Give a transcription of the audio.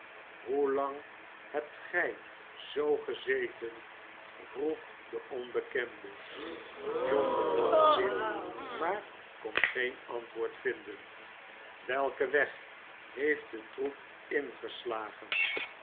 hoelang hebt gij zoo gezeten vroeg de onbekende john bedacht zich maar kon geen antwoord vinden welken weg heeft de troep ingeslagen